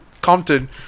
Compton